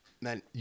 man